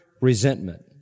resentment